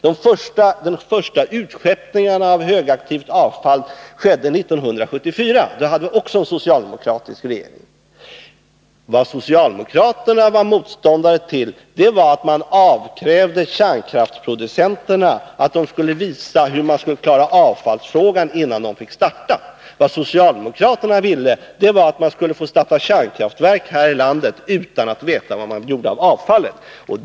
De första utskeppningarna av högaktivt avfall skedde 1974. Då hade vi också en socialdemokratisk regering. Vad socialdemokraterna var motståndare till, det var att man avkrävde kärnkraftsproducenterna att de skulle visa hur de löste avfallsfrågan innan de fick starta. Socialdemokraterna ville att man skulle få starta kärnkraftverk här i landet utan att veta vad man gjorde av avfallet.